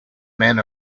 men